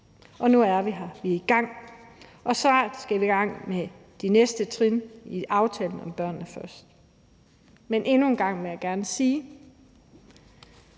og nu er vi her – vi er i gang. Og så skal vi i gang med de næste trin i aftalen om »Børnene Først«. Men endnu en gang vil jeg gerne sige